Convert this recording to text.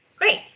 Great